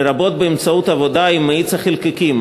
לרבות באמצעות עבודה עם מאיץ החלקיקים,